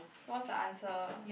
what's the answer